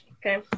Okay